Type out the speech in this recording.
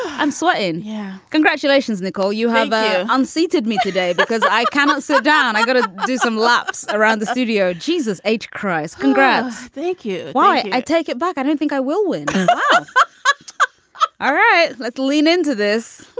i'm sweating. yeah congratulations, nicole. you have ah unseated me today because i cannot sit down. i got to do some laps around the studio. jesus h. christ, congrats. thank you. why? i take it back. i don't think i will win. but all right. let's lean into this.